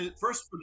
first